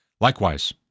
Likewise